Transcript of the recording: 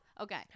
Okay